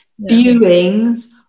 viewings